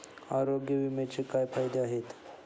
आरोग्य विम्याचे काय फायदे आहेत?